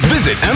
Visit